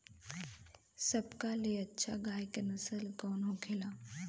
सबका ले अच्छा गाय के नस्ल कवन होखेला?